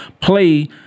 Play